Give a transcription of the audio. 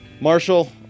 Marshall